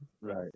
right